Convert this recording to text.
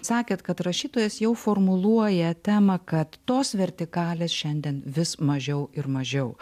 sakėt kad rašytojas jau formuluoja temą kad tos vertikalės šiandien vis mažiau ir mažiau